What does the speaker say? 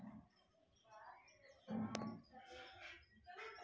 Phone के द्वारा बाज़ार भाव के केना जानकारी होय सकै छौ?